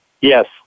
Yes